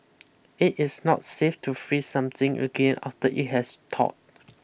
it is not safe to freeze something again after it has thawed